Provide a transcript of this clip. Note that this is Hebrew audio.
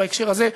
בהקשר הזה,